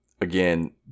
Again